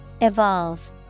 Evolve